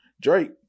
Drake